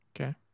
Okay